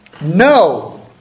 No